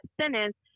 sentence